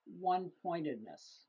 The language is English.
one-pointedness